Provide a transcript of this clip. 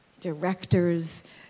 directors